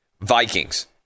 Vikings